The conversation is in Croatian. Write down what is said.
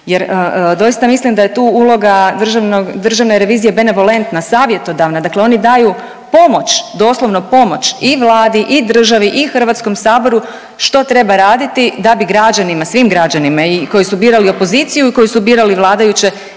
jer doista mislim da je tu uloga državne revizije benevolentna, savjetodavna, dakle oni daju pomoć, doslovno pomoć i Vladi i državi i HS-u, što treba raditi da bi građanima, svim građanima, koji su birali opoziciju i koji su birali vladajuće